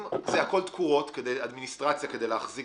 אם זה הכול תקורות ואדמיניסטרציה כדי להחזיק